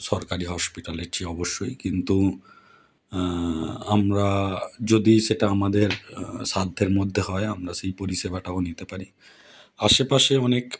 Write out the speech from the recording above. সরকারি হসপিটালের চেয়ে অবশ্যই কিন্তু আমরা যদি সেটা আমাদের সাধ্যের মধ্যে হয় আমরা সেই পরিষেবাটাও নিতে পারি আশেপাশে অনেক